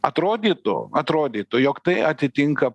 atrodytų atrodytų jog tai atitinka